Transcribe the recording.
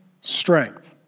strength